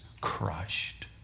crushed